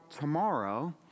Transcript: tomorrow